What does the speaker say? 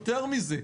יותר מזה,